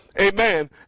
amen